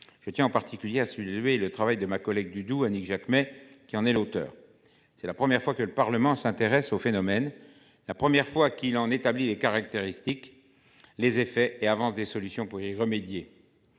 Je tiens en particulier a su élever le travail de ma collègue du Doubs Annick Jacquemet qui en est l'auteur. C'est la première fois que le Parlement s'intéresse au phénomène. La première fois qu'il en établit les caractéristiques, les effets et avance des solutions pour y remédier.